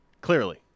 Clearly